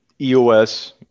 EOS